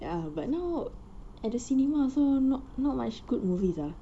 ya but now at the cinema also not not much good movies ah